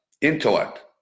intellect